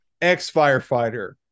Ex-firefighter